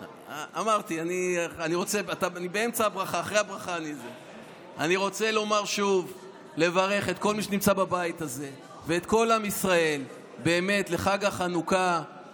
אני רוצה לברך את כל מי שנמצא בבית הזה ואת כל עם ישראל לחג החנוכה,